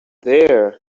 there